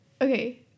Okay